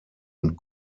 und